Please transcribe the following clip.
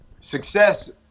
success